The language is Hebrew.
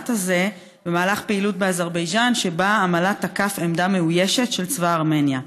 במל"ט הזה בפעילות באזרבייג'ן שבה המל"ט תקף עמדה מאוישת של צבא ארמניה.